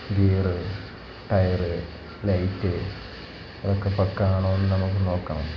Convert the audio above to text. gear tyre light അതൊക്കെ പക്ക ആണോ എന്ന് നമുക്ക് നോക്കാം